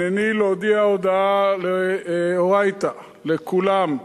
הנני להודיע הודעה לאורייתא, לכולם,